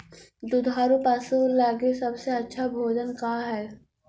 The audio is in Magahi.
दुधार पशु लगीं सबसे अच्छा भोजन का हई?